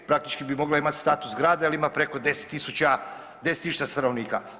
Praktički bi mogla imati status grada jer ima preko 10 000 stanovnika.